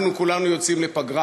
אנחנו כולנו יוצאים לפגרה,